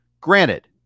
Granted